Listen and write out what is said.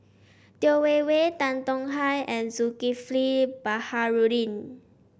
Yeo Wei Wei Tan Tong Hye and Zulkifli Baharudin